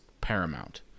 paramount